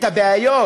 את הבעיות